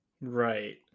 Right